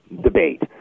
debate